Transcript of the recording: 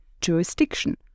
jurisdiction